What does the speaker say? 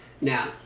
Now